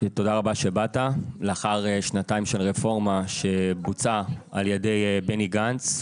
תודה רבה שבאת לאחר שנתיים של רפורמה שבוצעה על ידי בני גנץ.